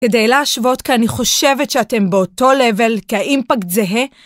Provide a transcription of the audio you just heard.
כדי להשוות, כי אני חושבת שאתם באותו לבל, כי האימפקט זהה.